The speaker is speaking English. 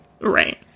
Right